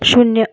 शून्य